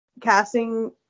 Casting